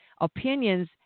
opinions